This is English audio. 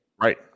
Right